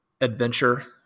adventure